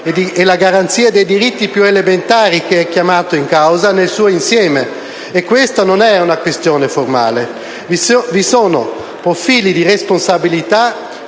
e la garanzia dei diritti più elementari ad essere chiamati in causa nel loro insieme: non si tratta di una questione formale. Vi sono profili di responsabilità